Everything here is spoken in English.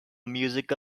music